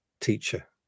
teacher